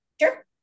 Sure